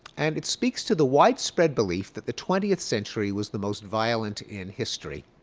and it speaks to the widespread belief that the twentieth century was the most violent in history.